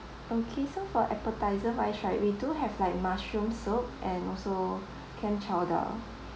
okay so for appetiser wise right we do have like mushroom soup and also clam chowder